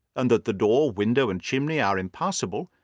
and that the door, window, and chimney are impassable,